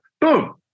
Boom